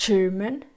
German